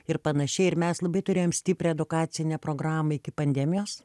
ir panašiai ir mes labai turėjom stiprią edukacinę programą iki pandemijos